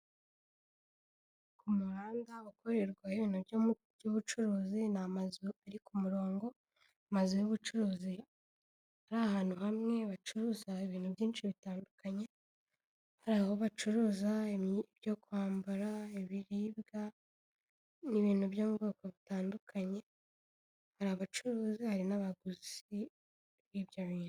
Umuhanda ukorerwa ibintu by'ubucuruzi, ni amazu ari ku murongo, amazu y'ubucuruzi ari ahantu hamwe bacuruza ibintu byinshi bitandukanye, hari aho bacuruza ibyo kwambara ibiribwa n'ibintu byo mu bwoko butandukanye, hari abacuruzi hari n'abaguzi b'ibyo bintu.